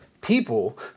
people